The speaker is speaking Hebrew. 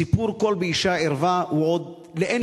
סיפור "קול באשה ערווה" הוא עוד לאין